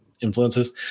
influences